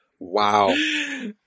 Wow